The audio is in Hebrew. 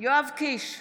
יואב קיש,